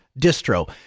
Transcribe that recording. distro